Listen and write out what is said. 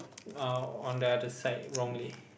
uh on the other side wrongly